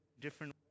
different